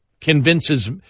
convinces